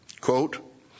Quote